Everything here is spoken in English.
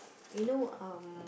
you know um